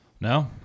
No